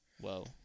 Whoa